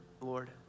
Lord